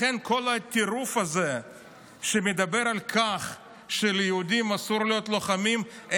לכן לכל הטירוף הזה שמדבר על כך שליהודים אסור להיות לוחמים,